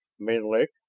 menlik,